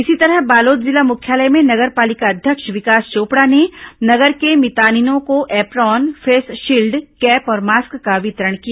इसी तरह बालोद जिला मुख्यालय में नगर पालिका अध्यक्ष विकास चोपड़ा ने नगर के मितानिनों को एप्रान फेसशील्ड कैप और मास्क का वितरण किया